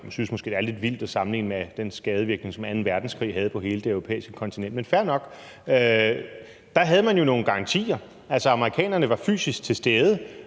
synes måske, det er lidt vildt at sammenligne det med den skadevirkning, som anden verdenskrig havde på hele det europæiske kontinent, men fair nok. Der havde de jo nogle garantier. Altså, amerikanerne var fysisk til stede